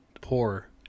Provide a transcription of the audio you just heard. Poor